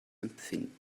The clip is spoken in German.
empfinden